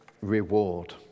reward